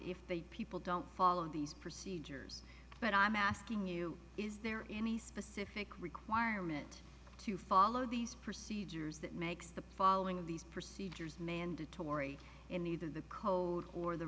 if the people don't follow these procedures but i'm asking you is there any specific requirement to follow these procedures that makes the following of these procedures mandatory in neither the code or the